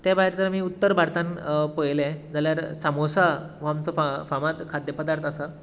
त्या भायर तर आमी उत्तर भारतांत पळयलें जाल्यार सामोसा हो आमचो फामाद खाद्य पदार्थ आसा